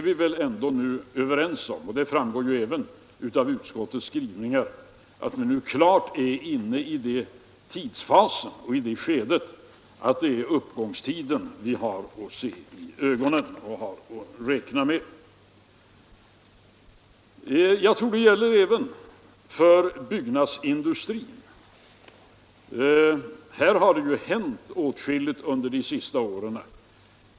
Vi är ändå överens om — och det framgår även av utskottets skrivningar — att vi nu klart är inne i ett skede där det är uppgångstiden vi har att se i ögonen och räkna med. Jag tror detta gäller även för byggnadsindustrin. Här har ju hänt åtskilligt under de senaste åren.